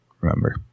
remember